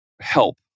help